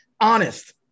honest